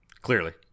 Clearly